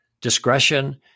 discretion